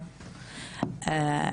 ואחר-כך לבית לוינשטיין,